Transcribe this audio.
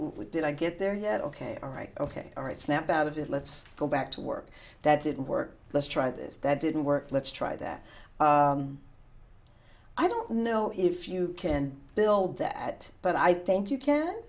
what did i get there yet ok all right ok all right snap out of it let's go back to work that didn't work let's try this that didn't work let's try that i don't know if you can build that but i think you can